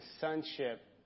sonship